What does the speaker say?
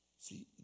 See